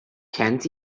can’t